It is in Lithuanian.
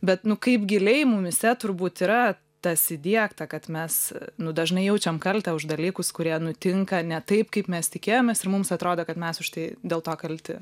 bet nu kaip giliai mumyse turbūt yra tas įdiegta kad mes nu dažnai jaučiam kaltę už dalykus kurie nutinka ne taip kaip mes tikėjomės ir mums atrodo kad mes už tai dėl to kalti